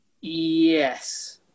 Yes